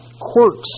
quirks